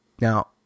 Now